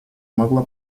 могла